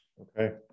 Okay